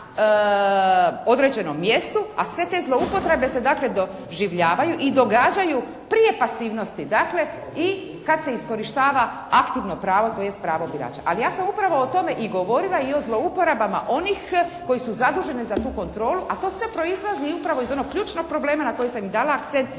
određenom mjestu. A sve te zloupotrebe se dakle doživljavaju i događaju prije pasivnosti, dakle i kad se iskorištava aktivno pravo, tj. pravo birača. Ali ja sam upravo o tome i govorila. Jer o zlouporabama onih koji su zadužene za tu kontrolu. A to sve proizlazi upravo iz onog ključnog problema na kojeg sam i dala akcent